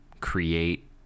create